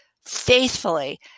faithfully